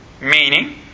Meaning